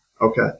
Okay